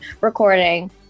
recording